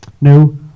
No